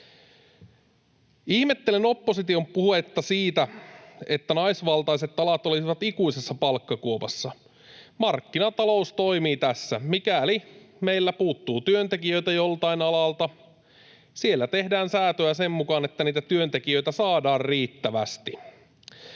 Ihmettelen opposition puhetta siitä, että naisvaltaiset alat olisivat ikuisessa palkkakuopassa. Markkinatalous toimii tässä: mikäli meiltä puuttuu työntekijöitä joltain alalta, siellä tehdään säätöä sen mukaan, että niitä työntekijöitä saadaan riittävästi.